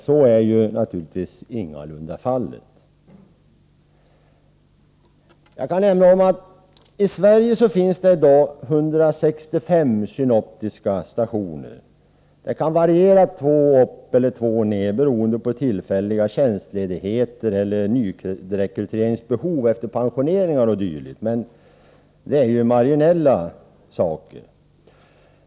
Så är naturligtvis ingalunda fallet. Jag kan nämna att det i Sverige i dag finns 165 synoptiska stationer. Antalet kan variera något — två upp eller ner, beroende på tillfälliga tjänstledigheter eller nyrekryteringsbehov efter pensioneringar o.d. Det är marginella siffror.